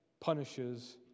punishes